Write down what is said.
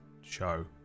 show